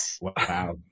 Wow